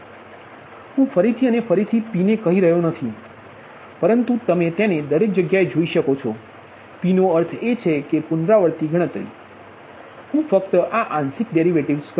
તેથી હું ફરીથી અને ફરીથી p ને કહી રહ્યો નથી પરંતુ તમે તેને દરેક જગ્યાએ જોઈ શકો છો p નો અર્થ એ છે કે પુનરાવૃત્તિ ગણતરી હું ફક્ત આ આંશિક ડેરિવેટિવ કહીશ